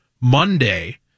Monday